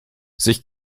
sich